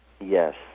Yes